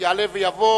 יעלה ויבוא.